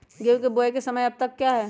गेंहू की बुवाई का समय कब तक है?